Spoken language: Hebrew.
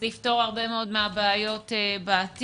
זה יפתור הרבה מאוד בעיות בעתיד.